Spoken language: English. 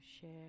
share